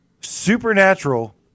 Supernatural